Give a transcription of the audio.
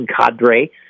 Cadre